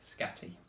scatty